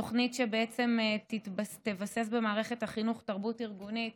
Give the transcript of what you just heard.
תוכנית שתבסס במערכת החינוך תרבות ארגונית